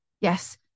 Yes